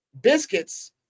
Biscuits